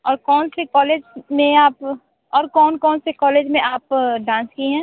और कौन सी कॉलेज में आप और कौन कौन से कॉलेज में आप डांस की हैं